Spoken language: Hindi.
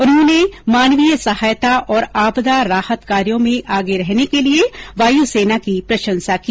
उन्होंने मानवीय सहायता और आपदा राहत कार्यो में आगे रहने के लिए वायुसेना की प्रशंसा की